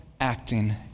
acting